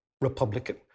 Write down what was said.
Republican